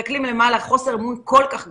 מסתכלים למעלה, חוסר אמון כל כך גדול.